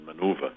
maneuver